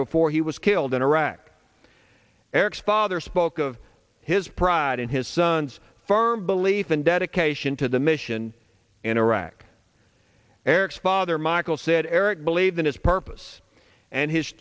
before he was killed in iraq eric's father spoke of his pride in his son's firm belief and dedication to the mission in iraq eric's father michael said eric believed in his purpose and his